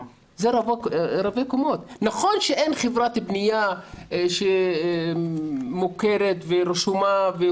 נכון שאין חברת בנייה מורכת ורשומה.